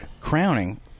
Crowning